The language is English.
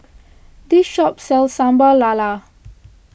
this shop sells Sambal Lala